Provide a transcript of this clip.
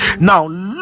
now